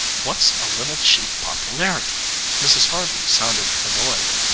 what's a little cheap popularity mrs. harvey sounded annoyed.